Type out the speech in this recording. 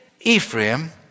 Ephraim